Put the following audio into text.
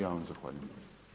Ja vam zahvaljujem.